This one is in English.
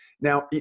Now